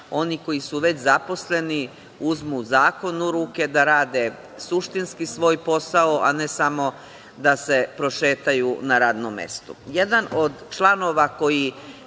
oni koji su već zaposleni uzmu zakon u ruke, da rade suštinski svoj posao, a ne samo da se prošetaju na radnom mestu. Jedan